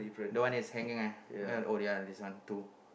the one that is hanging eh this one two